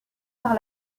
par